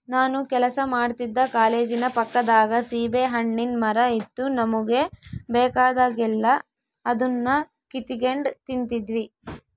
ನಾನು ಕೆಲಸ ಮಾಡ್ತಿದ್ದ ಕಾಲೇಜಿನ ಪಕ್ಕದಾಗ ಸೀಬೆಹಣ್ಣಿನ್ ಮರ ಇತ್ತು ನಮುಗೆ ಬೇಕಾದಾಗೆಲ್ಲ ಅದುನ್ನ ಕಿತಿಗೆಂಡ್ ತಿಂತಿದ್ವಿ